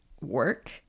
work